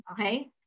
Okay